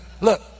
Look